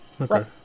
Okay